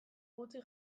gutxi